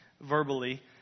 verbally